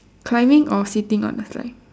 climbing or sitting on the slide